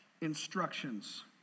instructions